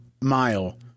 mile